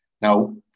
Now